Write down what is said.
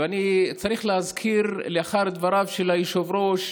ואני צריך להזכיר, לאחר דבריו של היושב-ראש,